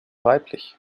weiblich